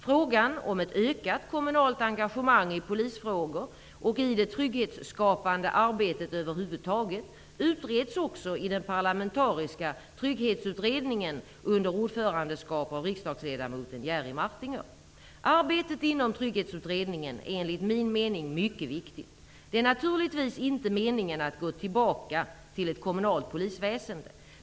Frågan om ett ökat kommunalt engagemang i polisfrågor och i det trygghetsskapande arbetet över huvud taget utreds också i den parlamentariska Trygghetsutredningen under ordförandeskap av riksdagsledamoten Jerry Arbetet inom Trygghetsutredningen är enligt min mening mycket viktigt. Det är naturligtvis inte meningen att gå tillbaka till ett kommunalt polisväsende.